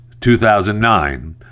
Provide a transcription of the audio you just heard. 2009